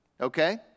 Okay